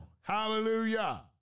Hallelujah